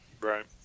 Right